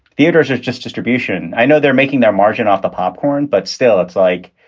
theaters are just distribution. i know they're making their margin off the popcorn, but still, it's like,